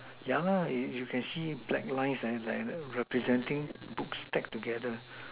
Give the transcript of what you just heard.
yeah you can can see black lines and like like representing books stacked together